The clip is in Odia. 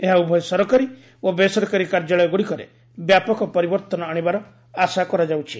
ଏହା ଉଭୟ ସରକାରୀ ଓ ବେସରକାରୀ କାର୍ଯ୍ୟାଳୟଗୁଡ଼ିକରେ ବ୍ୟାପକ ପରିବର୍ତ୍ତନ ଆଶିବାର ଆଆ କରାଯାଉଛି